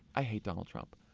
i hate donald trump.